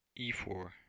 E4